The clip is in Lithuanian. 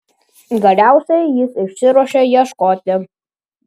galiausiai jis išsiruošia ieškoti